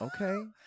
Okay